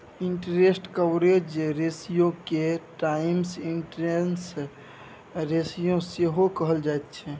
interest coverage रेशियोके times interest ratio सेहो कहल जाइत छै